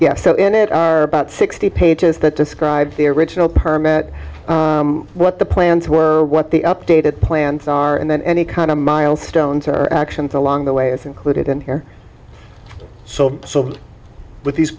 yes so in it are about sixty pages that describe the original permit what the plans were what the updated plans are and then any kind of milestones or actions along the way is included in here so so with these